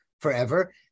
forever